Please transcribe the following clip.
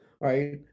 right